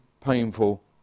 painful